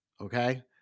okay